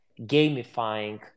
gamifying